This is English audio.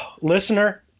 listener